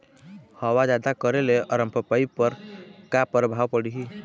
हवा जादा करे ले अरमपपई पर का परभाव पड़िही?